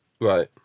Right